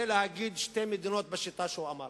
זה להגיד שתי מדינות בשיטה שהוא אמר.